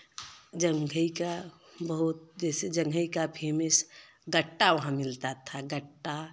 जंघई का बहुत जैसे जंघई का फेमस गट्टा वहाँ मिलता था गट्टा